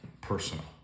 personal